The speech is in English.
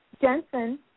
Jensen